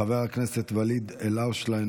חבר הכנסת ואליד אלהואשלה,